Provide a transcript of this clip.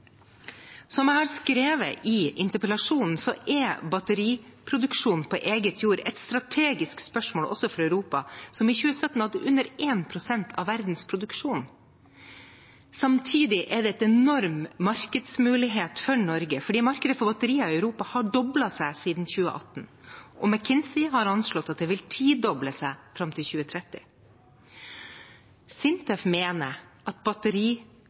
Som jeg har skrevet i interpellasjonen, er batteriproduksjon på egen jord et strategisk spørsmål også for Europa, som i 2017 hadde under 1 pst. av verdens produksjon. Samtidig er det en enorm markedsmulighet for Norge, fordi markedet for batterier i Europa har doblet seg siden 2018, og McKinsey har anslått at det vil tidobles fram til 2030. SINTEF mener at